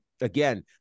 again